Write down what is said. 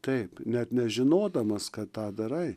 taip net nežinodamas kad tą darai